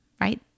right